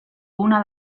una